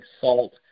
salt